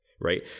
Right